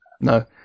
No